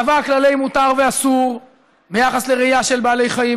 קבע כללי מותר ואסור ביחס לרעייה של בעלי חיים,